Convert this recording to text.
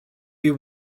you